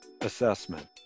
assessment